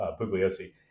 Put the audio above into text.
Bugliosi